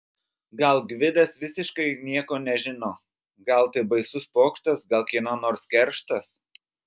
gal gvidas visiškai nieko nežino gal tai baisus pokštas gal kieno nors kerštas